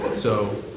so.